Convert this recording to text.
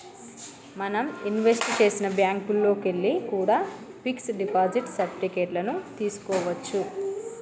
మనం ఇన్వెస్ట్ చేసిన బ్యేంకుల్లోకెల్లి కూడా పిక్స్ డిపాజిట్ సర్టిఫికెట్ లను తీస్కోవచ్చు